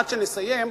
עד שנסיים,